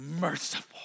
merciful